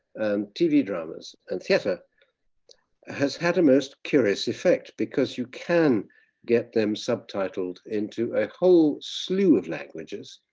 tv dramas and theater has had a most curious effect because you can get them subtitled into a whole slew of languages.